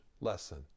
lesson